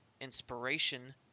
inspiration